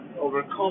overcome